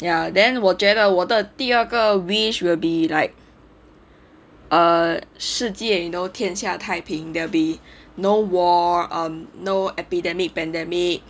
ya then 我觉得我的第二个 wish will be like err 世界也都天下太平 there will be no war um no epidemic pandemic